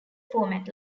format